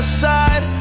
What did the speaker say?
side